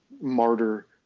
martyr